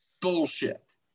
bullshit